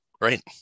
right